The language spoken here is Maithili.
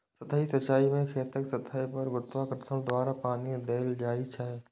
सतही सिंचाइ मे खेतक सतह पर गुरुत्वाकर्षण द्वारा पानि देल जाइ छै